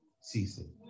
ceasing